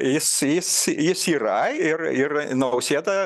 jis jis jis yra ir ir nausėda